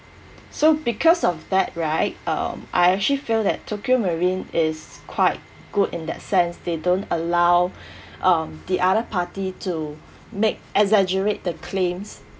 so because of that right um I actually feel that tokio marine is quite good in that sense they don't allow um the other party to make exaggerate the claims